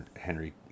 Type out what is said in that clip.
Henry